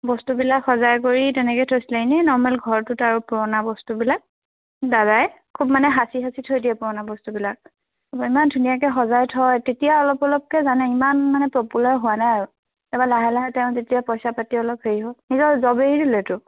বস্তুবিলাক সজাই কৰি তেনেকৈ থৈছিলে এনে নৰ্মেল ঘৰটোত আৰু পুৰণা বস্তুবিলাক দাদাই খুব মানে সাঁচি সাঁচি থৈ দিয়ে পুৰণা বস্তুবিলাক ইমান ধুনীয়াকৈ সজাই থয় তেতিয়া অলপ অলপকে জানে ইমান মানে পপুলাৰ হোৱা নাই আৰু তাৰপা লাহে লাহে তেওঁ তেতিয়া পইচা পাতি অলপ হেৰি হ'ল নিজৰ জব এৰি দিলেতো